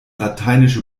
lateinische